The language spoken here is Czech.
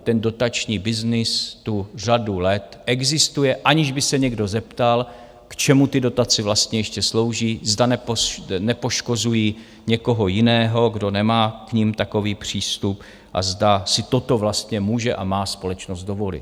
Ten dotační byznys tu řadu let existuje, aniž by se někdo zeptal, k čemu ty dotace vlastně ještě slouží, zda nepoškozují někoho jiného, kdo nemá k nim takový přístup a zda si toto vlastně může a má společnost dovolit.